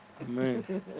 Amen